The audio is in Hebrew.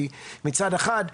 כי מצד אחד,